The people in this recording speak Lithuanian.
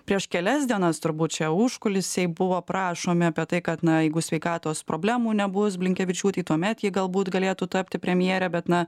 prieš kelias dienas turbūt čia užkulisiai buvo prašomi apie tai kad na jeigu sveikatos problemų nebus blinkevičiūtei tuomet ji galbūt galėtų tapti premjere bet na